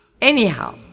Anyhow